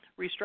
restructure